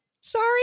Sorry